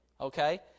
Okay